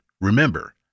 Remember